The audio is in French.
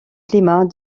climat